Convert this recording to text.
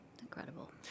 Incredible